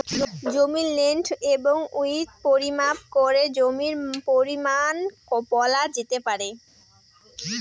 জমির লেন্থ এবং উইড্থ পরিমাপ করে জমির পরিমান বলা যেতে পারে